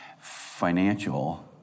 Financial